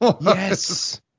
Yes